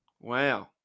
wow